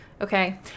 Okay